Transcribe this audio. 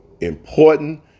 important